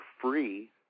free